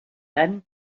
dann